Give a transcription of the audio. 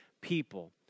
people